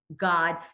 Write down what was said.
God